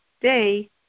day